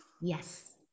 Yes